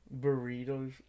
burritos